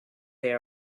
they